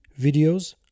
videos